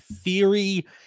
Theory